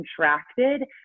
contracted